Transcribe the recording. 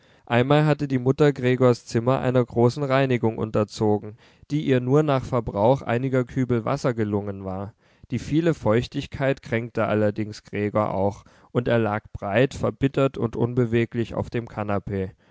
einmal hatte die mutter gregors zimmer einer großen reinigung unterzogen die ihr nur nach verbrauch einiger kübel wasser gelungen war die viele feuchtigkeit kränkte allerdings gregor auch und er lag breit verbittert und unbeweglich auf dem kanapee